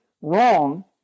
wrong